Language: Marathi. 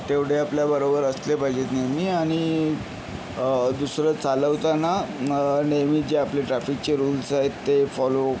तेवढे आपल्या बरोबर असले पाहिजेत नेहमी आणि दुसरं चालवताना नेमी जे आपले ट्रॅफिकचे रूल्स आहेत ते फॉलो